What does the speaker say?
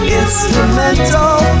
instrumental